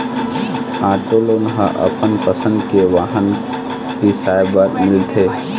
auto loan ह अपन पसंद के वाहन बिसाए बर मिलथे